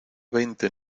veinte